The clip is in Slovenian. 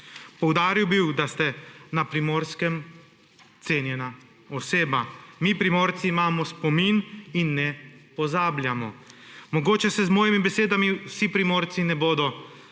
Poudaril bi, da ste na Primorskem cenjena oseba. Mi Primorci imamo spomin in ne pozabljamo. Mogoče se z mojimi besedami ne bodo